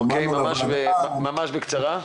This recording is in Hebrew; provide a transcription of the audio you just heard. אוקיי, ממש בקצרה.